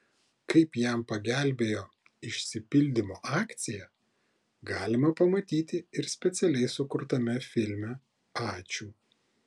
kaip jam pagelbėjo išsipildymo akcija galima pamatyti ir specialiai sukurtame filme ačiū